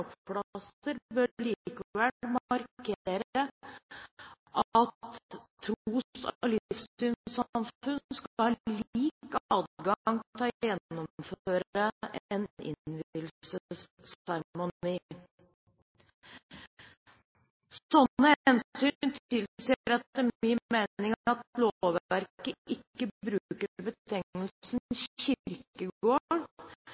bør likevel markere at tros- og livssynssamfunnene skal ha lik adgang til å gjennomføre en innvielsesseremoni. Slike hensyn tilsier etter min mening at lovverket ikke bruker